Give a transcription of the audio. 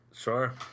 Sure